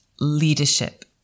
leadership